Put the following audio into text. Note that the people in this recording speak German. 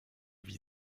wie